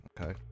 Okay